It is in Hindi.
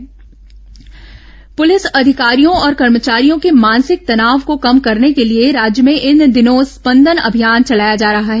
स्पंदन अभियान पुलिस अधिकारियों और कर्मचारियों के मानसिक तनाव को कम करने के लिए राज्य में इन दिनों स्पंदन अभियान चलाया जा रहा है